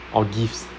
or gifts